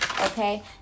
Okay